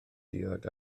diod